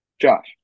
Josh